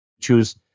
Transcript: choose